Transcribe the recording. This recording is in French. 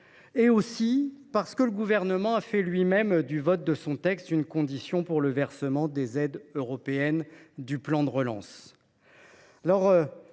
aussi parce que le Gouvernement a lui même fait du vote de son texte une condition du versement des aides européennes du plan de relance.